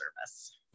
service